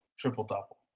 triple-double